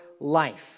life